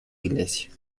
iglesia